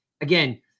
again